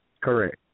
Correct